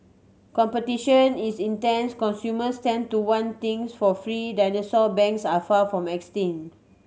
competition is intense consumers tend to want things for free dinosaur banks are far from extinct